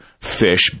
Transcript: fish